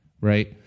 right